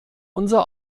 unser